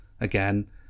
again